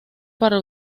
para